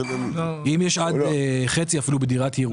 אם יש עד חצי אפילו בדירת ירושה.